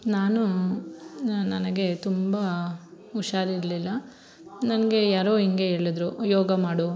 ನಾನು ನನಗೆ ತುಂಬ ಹುಷಾರಿರ್ಲಿಲ್ಲ ನನಗೆ ಯಾರೋ ಹಿಂಗೆ ಹೇಳದ್ರು ಯೋಗ ಮಾಡು